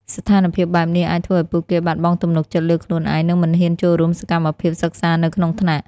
ស្ថានភាពបែបនេះអាចធ្វើឱ្យពួកគេបាត់បង់ទំនុកចិត្តលើខ្លួនឯង និងមិនហ៊ានចូលរួមសកម្មភាពសិក្សានៅក្នុងថ្នាក់។